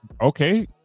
Okay